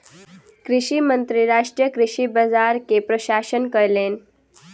कृषि मंत्री राष्ट्रीय कृषि बाजार के प्रशंसा कयलैन